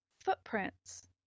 footprints